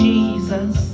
Jesus